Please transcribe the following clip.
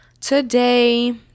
today